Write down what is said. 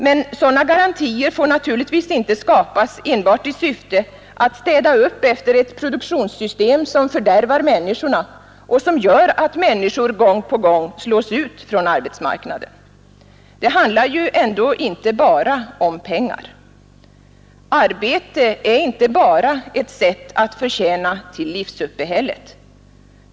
Men sådana garantier får naturligtvis inte skapas enbart i syfte att städa upp efter ett produktionssystem som fördärvar människorna och som gör att människor gång på gång slås ut från arbetsmarknaden. Det handlar ju ändå inte bara om pengar. Arbete är inte bara ett sätt att förtjäna till livsuppehället.